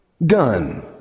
Done